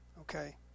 okay